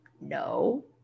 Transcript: no